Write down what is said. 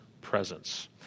presence